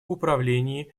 управлении